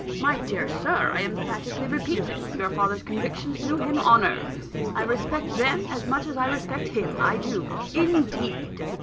my dear sir, i emphatically repeat it, your father's convictions do him honour i respect them as much as i respect him i do, indeed.